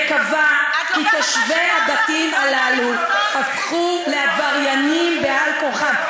וקבע כי תושבי הבתים הללו הפכו לעבריינים על-כורחם.